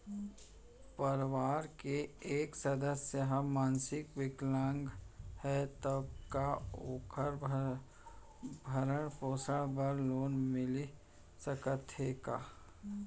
परवार के एक सदस्य हा मानसिक विकलांग हे त का वोकर भरण पोषण बर लोन मिलिस सकथे का?